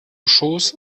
shows